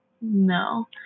no